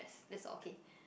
that's all okay